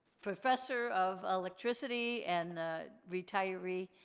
professor of electricity and retiree.